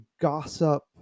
gossip